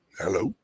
hello